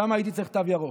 שם הייתי צריך תו ירוק.